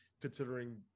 considering